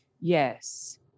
Yes